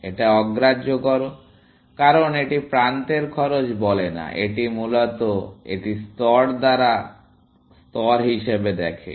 এটা অগ্রাহ্য করো কারণ এটি প্রান্তের খরচ বলে না এটি মূলত এটি স্তর দ্বারা স্তর হিসাবে দেখে